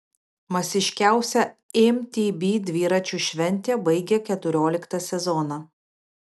masiškiausia mtb dviračių šventė baigia keturioliktą sezoną